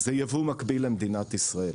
זה ייבוא מקביל למדינת ישראל.